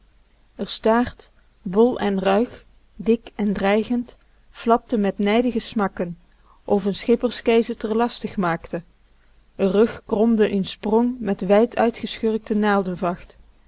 r staart bol en ruig dik en dreigend flapte met nijdige smakken of n schipperskees t r lastig maakte r rug kromde in sprong met wijd uitgeschurkte naaldenvacht